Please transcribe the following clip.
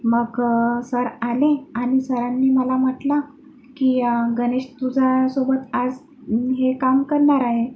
मग सर आले आणि सरांनी मला म्हटलं की गनेश तुझ्यासोबत आज हे काम करणार आहे